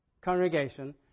congregation